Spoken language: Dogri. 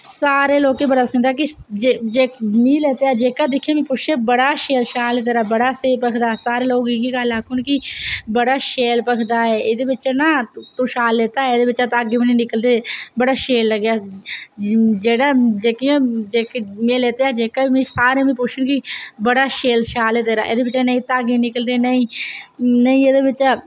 सारें लोकें बड़ा पसंद हा कि में लैत्ता दा हा जेह्का दिक्खै आक्खै बड़ा शैल शाल ऐ बड़ा स्हेी भखदा सारे लोग इयै आक्खन बड़ा शैल भखदा ऐ एह्दे बिच्च ना तू शैल लैत्ता एह्दे बिच्चा दा धागे बी नी निकलदे बड़ा सैल लगदा में लैत्ता दा हा सारे पुछन कि बड़ा सैल शाल ऐ तेरा एह्दे बिच्चा दा नेई धागे निकलदे नेईं एह्दे बिच्चा दा